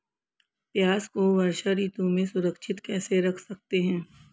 प्याज़ को वर्षा ऋतु में सुरक्षित कैसे रख सकते हैं?